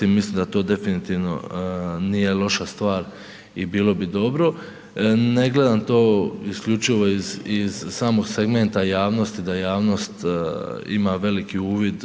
mislim da to definitivno nije loša stvar i bilo bi dobro. Ne gledam to isključivo iz, iz samog segmenta javnosti, da javnost ima veliki uvid